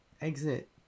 exit